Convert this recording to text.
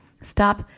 stop